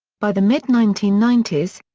by the mid nineteen ninety s,